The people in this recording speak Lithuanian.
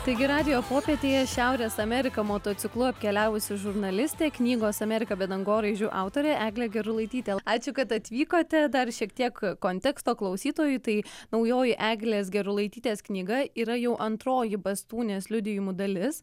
taigi radijo popietėje šiaurės ameriką motociklu apkeliavusi žurnalistė knygos amerika be dangoraižių autorė eglė gerulaitytė ačiū kad atvykote dar šiek tiek konteksto klausytojui tai naujoji eglės gerulaitytės knyga yra jau antroji bastūnės liudijimų dalis